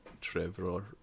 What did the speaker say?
Trevor